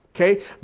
Okay